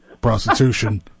prostitution